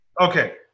Okay